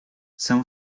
some